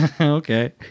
Okay